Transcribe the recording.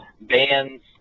bands